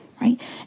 right